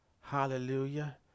Hallelujah